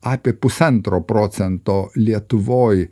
apie pusantro procento lietuvoj